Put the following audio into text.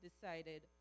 decided